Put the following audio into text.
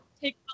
Take